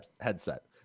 headset